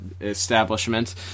establishment